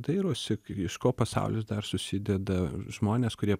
dairosi iš ko pasaulis dar susideda žmonės kurie